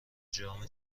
جام